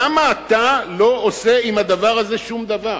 למה אתה לא עושה עם זה שום דבר?